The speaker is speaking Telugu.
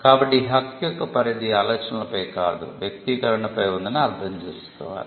కాబట్టి ఈ హక్కు యొక్క పరిధి ఆలోచనలపై కాదు వ్యక్తీకరణపై ఉందని అర్థం చేసుకోవాలి